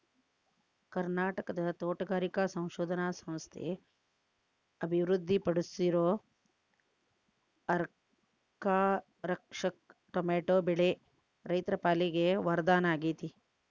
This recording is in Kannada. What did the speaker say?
ಕರ್ನಾಟಕದ ತೋಟಗಾರಿಕಾ ಸಂಶೋಧನಾ ಸಂಸ್ಥೆ ಅಭಿವೃದ್ಧಿಪಡಿಸಿರೋ ಅರ್ಕಾರಕ್ಷಕ್ ಟೊಮೆಟೊ ಬೆಳೆ ರೈತರ ಪಾಲಿಗೆ ವರದಾನ ಆಗೇತಿ